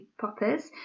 poppers